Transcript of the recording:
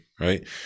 right